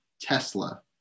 Tesla